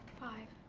five.